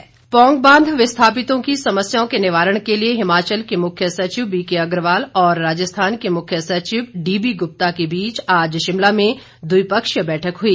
पौंग बांध पोंग बांध विस्थापितों की समस्याओं के निवारण के लिए हिमाचल के मुख्य सचिव बीके अग्रवाल और राजस्थान के मुख्य सचिव डीबी गुप्ता के बीच आज शिमला में द्विपक्षीय बैठक हुई